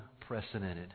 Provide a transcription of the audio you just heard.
unprecedented